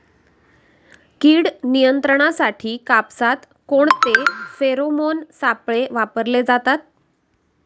कीड नियंत्रणासाठी कापसात कोणते फेरोमोन सापळे वापरले जातात?